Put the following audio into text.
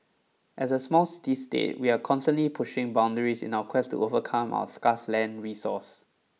as a small city state we are constantly pushing boundaries in our quest to overcome our scarce land resource